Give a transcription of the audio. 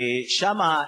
ושם,